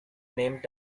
named